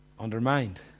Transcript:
undermined